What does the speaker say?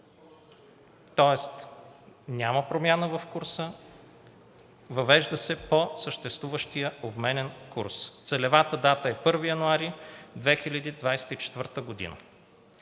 тоест няма промяна в курса и се въвежда по съществуващия обменен курс. Целевата дата е 1 януари 2024 г.